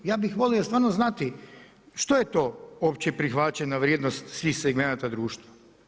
Ja bih volio stvarno znati što je to opće prihvaćena vrijednost svih segmenata društva.